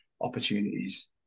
opportunities